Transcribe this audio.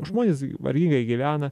žmonės vargingai gyvena